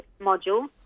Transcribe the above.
module